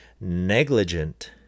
negligent